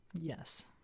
Yes